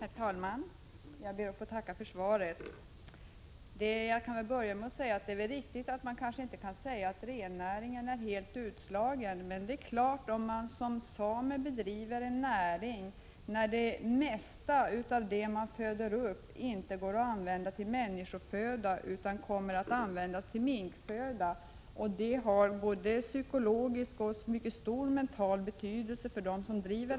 Herr talman! Jag ber att få tacka för svaret. 4 december 1986 Det är väl riktigt att rennäringen inte är helt utslagen. Men om man som samerna bedriver en näring och det mesta av det man föder upp inte går att använda som människoföda utan kommer att bli minkföda, har naturligtvis detta stor psykologisk betydelse för vederbörande.